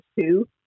two